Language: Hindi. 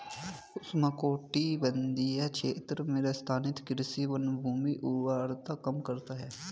उष्णकटिबंधीय क्षेत्रों में स्थानांतरित कृषि वनभूमि उर्वरता कम करता है